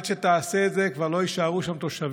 עד שתעשה את זה כבר לא יישארו שם תושבים.